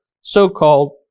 so-called